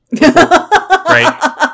Right